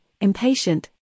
impatient